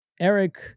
Eric